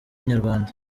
inyarwanda